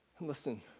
Listen